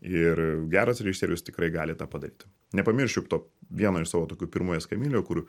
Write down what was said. ir geras režisierius tikrai gali tą padaryt nepamiršiu to vieno iš savo tokių pirmų eskamilijo kur